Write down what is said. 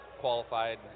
qualified